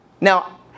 Now